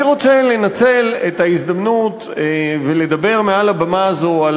אני רוצה לנצל את ההזדמנות ולדבר מעל במה זו על